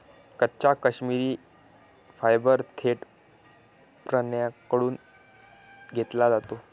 कच्चा काश्मिरी फायबर थेट प्राण्यांकडून घेतला जातो